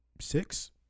six